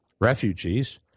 refugees